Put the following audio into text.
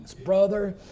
brother